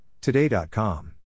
Today.com